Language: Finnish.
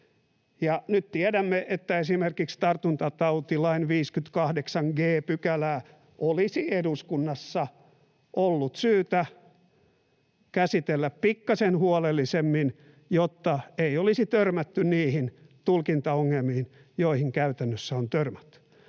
Nyt tiedämme, että esimerkiksi tartuntatautilain 58 g §:ää olisi eduskunnassa ollut syytä käsitellä pikkasen huolellisemmin, jotta ei olisi törmätty niihin tulkintaongelmiin, joihin käytännössä on törmätty.